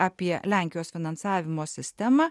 apie lenkijos finansavimo sistemą